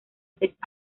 seis